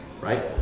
right